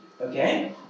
Okay